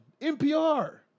NPR